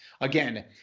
again